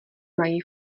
mají